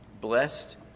Blessed